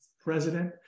President